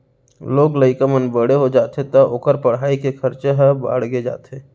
लोग लइका मन बड़े हो जाथें तौ ओकर पढ़ाई के खरचा ह बाड़गे जाथे